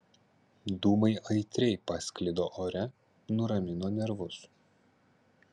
dūmai aitriai pasklido ore nuramino nervus